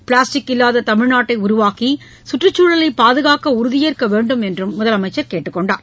plastic இல்லாத தமிழ்நாட்டை உருவாக்கி சுற்றுச்சூழலை பாதுகாக்க உறுதியேற்க வேண்டும் என்றும் அவர் கேட்டுக் கொண்டார்